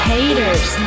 Haters